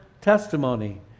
testimony